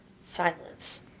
silence